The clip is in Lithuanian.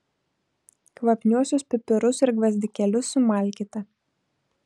kvapniuosius pipirus ir gvazdikėlius sumalkite